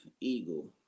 eagle